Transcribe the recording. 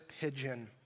pigeon